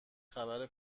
خبر